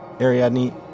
Ariadne